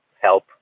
help